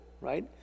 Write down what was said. right